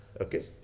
okay